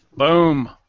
Boom